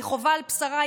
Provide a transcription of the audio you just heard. היא חווה על בשרה,